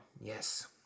yes